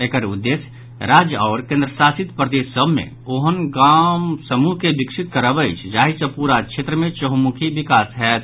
एकर उदेश्य राज्य आओर केन्द्रशासित प्रदेश सभ मे ओहन ग्राम समूह के विकसित करब अछि जाहि सँ पुरा क्षेत्र मे चंहुमुखी विकास होयत